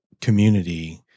community